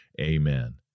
Amen